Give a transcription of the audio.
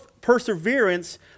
perseverance